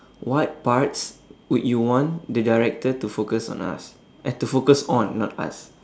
what parts would you want the director to focus on us eh to focus on not us